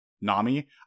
Nami